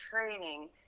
training